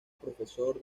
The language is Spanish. profesor